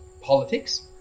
politics